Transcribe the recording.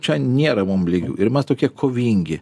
čia nėra mum lygių ir mes tokie kovingi